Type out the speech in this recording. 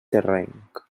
terrenc